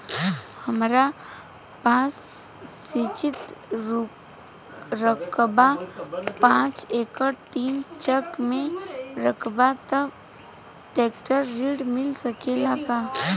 हमरा पास सिंचित रकबा पांच एकड़ तीन चक में रकबा बा त ट्रेक्टर ऋण मिल सकेला का?